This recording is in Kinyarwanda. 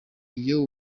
iyo